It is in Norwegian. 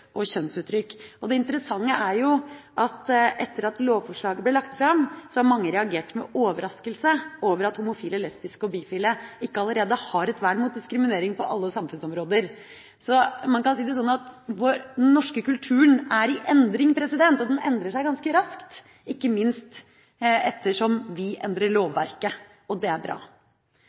og kjønnsuttrykk. Det interessante er jo at etter at lovforslaget ble lagt fram, så har mange reagert med overraskelse over at homofile, lesbiske og bifile ikke allerede har et vern mot diskriminering på alle samfunnsområder. Man kan si det sånn: Den norske kulturen er i endring, og den endrer seg ganske raskt, ikke minst ettersom vi endrer lovverket, og det er bra.